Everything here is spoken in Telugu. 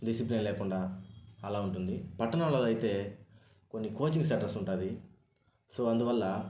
డిసిప్లెయిన్ లేకుండా అలా ఉంటుంది పట్టణాలలో అయితే కొన్ని కోచింగ్ సెంటర్స్ ఉంటుంది సో అందువల్ల